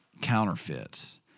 counterfeits